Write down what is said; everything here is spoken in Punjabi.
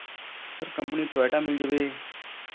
ਸਰ ਕੰਪਨੀ ਟੋਯੋਟਾ ਮਿਲ ਜਾਵੇ